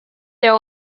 their